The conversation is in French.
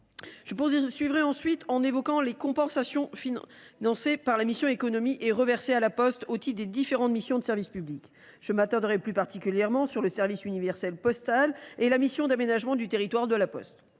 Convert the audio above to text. Je poursuivrai en évoquant les compensations financées par la mission « Économie » et versées à La Poste au titre de ses différentes missions de service public. Je m’attarderai plus particulièrement sur le service universel postal et la mission d’aménagement du territoire de La Poste.